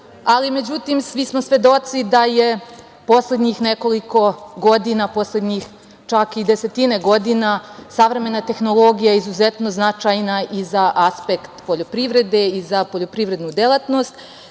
ali međutim svi smo svedoci da je poslednjih nekoliko godina, čak i desetina godina savremena tehnologija izuzetno značajna i za aspekt poljoprivrede i za poljoprivrednu delatnost.